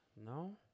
No